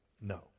No